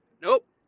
Nope